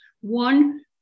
One